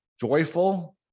joyful